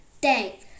day